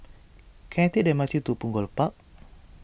can I take the M R T to Punggol Park